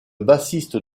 bassiste